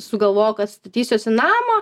sugalvojau kad statysiuosi namą